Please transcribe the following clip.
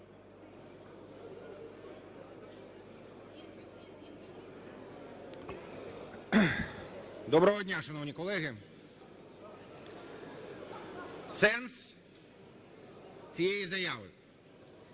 Доброго дня, шановні колеги! Сенс цієї заяви